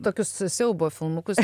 tokius siaubo filmukus